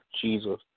Jesus